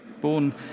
Born